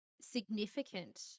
significant